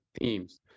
teams